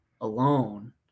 alone